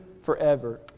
forever